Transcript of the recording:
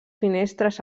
finestres